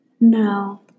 No